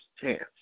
chance